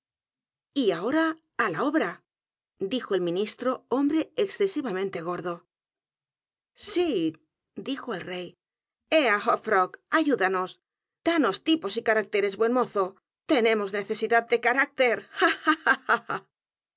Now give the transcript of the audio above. y ahora á la obra dijo el primer ministro h o m b r e excesivamente gordo sí d i j o el rey e a hop frog ayúdanos danos tipos y caracteres buen mozo tenemos necesidad de carácter